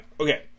Okay